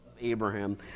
Abraham